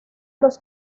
los